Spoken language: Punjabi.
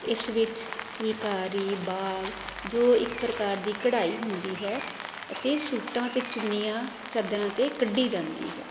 ਇਸ ਵਿੱਚ ਫੁਲਕਾਰੀ ਬਾਗ ਜੋ ਇੱਕ ਪ੍ਰਕਾਰ ਦੀ ਕਢਾਈ ਹੁੰਦੀ ਹੈ ਅਤੇ ਸੂਟਾਂ ਅਤੇ ਚੁੰਨੀਆਂ ਚਾਦਰਾਂ 'ਤੇ ਕੱਢੀ ਜਾਂਦੀ ਹੈ